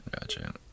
Gotcha